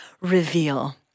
reveal